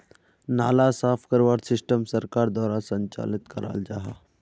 नाला साफ करवार सिस्टम सरकार द्वारा संचालित कराल जहा?